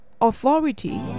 authority